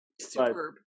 Superb